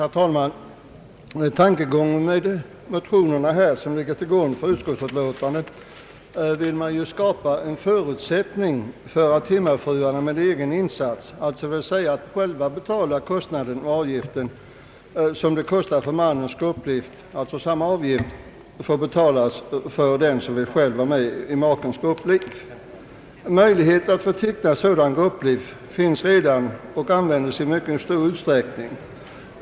Herr talman! Tankegången i motionerna I: 879 och II: 996 är att man vill skapa förutsättningar för hemmafruar att mot erläggande av egen avgift få inträda i sin makes grupplivförsäkring. De skulle alltså själva betala samma avgift som mannens grupplivförsäkring betingar. Möjlighet att få teckna sådan grupplivförsäkring finns redan och används i mycket stor utsträckning.